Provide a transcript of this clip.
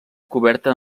coberta